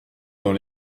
dans